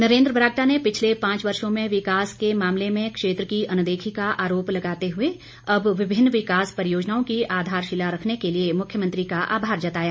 नरेन्द्र बरागटा ने पिछले पांच वर्षो में विकास के मामले में क्षेत्र की अनदेखी का आरोप लगाते हुए अब विभिन्न विकास परियोजनाओं की आधारशिला रखने के लिए मुख्यमंत्री का आभार जताया